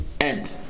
end